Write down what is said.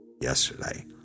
yesterday